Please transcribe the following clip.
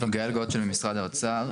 שמי יגאל גוטשל ממשרד האוצר.